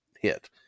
hit